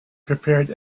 prepared